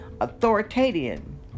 authoritarian